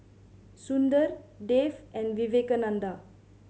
Sundar Dev and Vivekananda